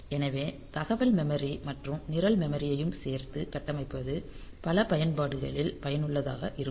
எனவே தகவல் மெமரி மற்றும் நிரல் மெமரியையும் சேர்த்து கட்டமைப்பது பல பயன்பாடுகளில் பயனுள்ளதாக இருக்கும்